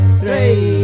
three